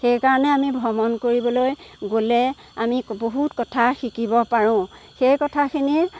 সেইকাৰণে আমি ভ্ৰমণ কৰিবলৈ গ'লে আমি বহুত কথা শিকিব পাৰোঁ সেই কথাখিনি